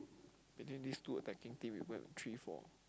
but then these two affecting team we go and three four